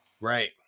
Right